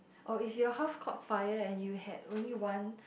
orh if your house caught fire and you had only one